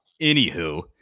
anywho